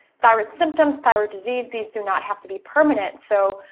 thyroid symptoms, thyroid disease, these do not have to be permanent. so,